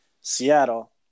Seattle